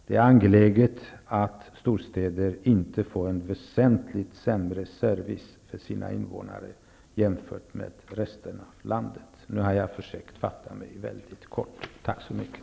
Det är angeläget att storstäder inte får en väsentligt sämre service för sina invånare än resten av landet. Nu har jag försökt fatta mig väldigt kort. Tack så mycket!